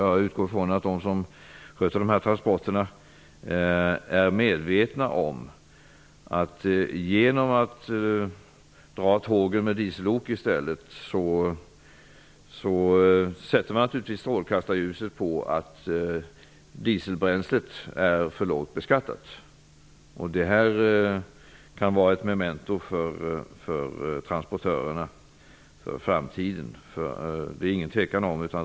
Jag utgår ifrån att de som sköter transporterna är medvetna om att genom att tågen dras med diesellok sätter man strålkastarljuset på att dieselbränslet är för lågt beskattat. Det här kan vara ett memento för transportörerna för framtiden.